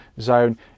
zone